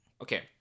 okay